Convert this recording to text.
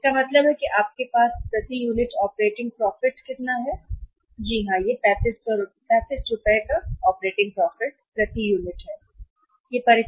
तो इसका मतलब है कि आपके पास प्रति यूनिट ऑपरेटिंग प्रॉफिट कितना है प्रति यूनिट ऑपरेटिंग प्रॉफिट कितना है रुपए 35 ऑपरेटिंग प्रॉफिट प्रति यूनिट 35 रुपए सही है